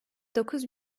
dokuz